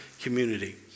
community